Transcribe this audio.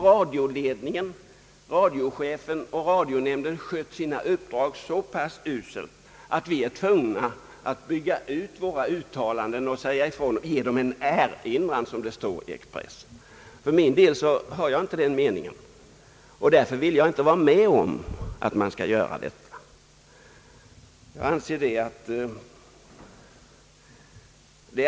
Radioledningen, radiochefen och radionämnden har skött sina uppdrag så pass uselt, att vi är tvungna att bygga ut våra uttalanden och ge dem »en erinran», som det står i Expressen. För min del har jag inte den meningen, och därför vill jag inte vara med om att man gör på det sättet.